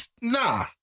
Nah